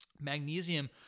magnesium